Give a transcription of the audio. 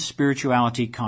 Spirituality